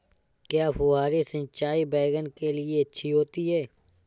क्या फुहारी सिंचाई बैगन के लिए अच्छी होती है?